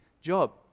job